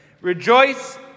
Rejoice